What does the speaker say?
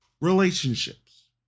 relationships